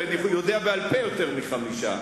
ואני יודע בעל-פה יותר מחמש.